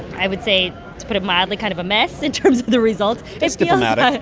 i would say, to put it mildly, kind of a mess in terms of the results. that's diplomatic.